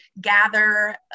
gather